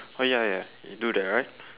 oh ya ya you do that right